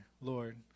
Lord